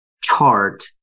chart